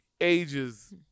ages